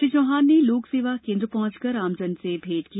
श्री चौहान ने लोक सेवा केन्द्र पहुंचकर आमजन से भेंट की